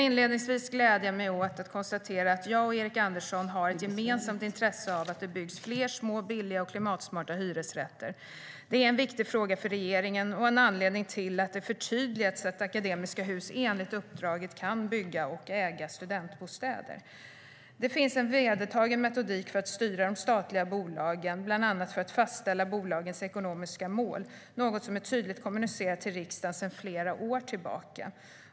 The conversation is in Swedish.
Inledningsvis gläder jag mig åt att jag och Erik Andersson har ett gemensamt intresse av att det ska byggas fler små, billiga och klimatsmarta hyresrätter. Det är en viktig fråga för regeringen och en anledning till att det har förtydligats att Akademiska Hus enligt uppdraget kan bygga och äga studentbostäder. Det finns en vedertagen metodik för att styra de statliga bolagen, bland annat för att fastställa bolagens ekonomiska mål, något som är tydligt kommunicerat till riksdagen sedan flera år tillbaka.